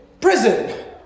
prison